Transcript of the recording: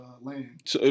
land